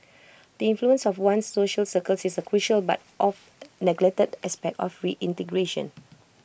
the influence of one's social circles is A crucial but oft neglected aspect of reintegration